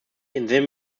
entsinne